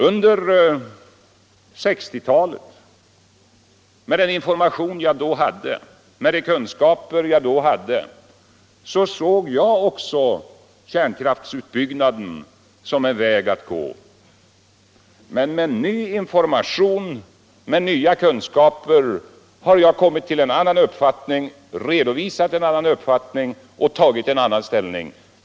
Under 1960-talet, med de kunskaper jag då hade, såg jag också kärnkraftsutbyggnaden som en väg att gå, men med ny information och nya kunskaper har jag kommit till en annan uppfattning och tagit en annan ställning.